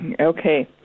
Okay